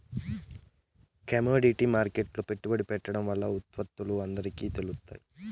commodity మార్కెట్లో పెట్టుబడి పెట్టడం వల్ల వత్తువులు అందరికి తెలుత్తాయి